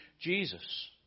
Jesus